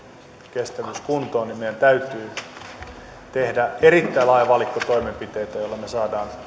kestävyys kuntoon niin meidän täytyy tehdä erittäin laaja valikko toimenpiteitä joilla me saamme